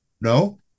No